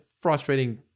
frustrating